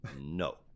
no